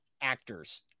actors